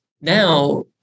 now